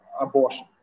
abortion